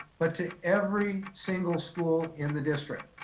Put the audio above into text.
but to every single school in the district.